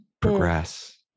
progress